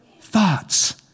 thoughts